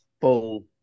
full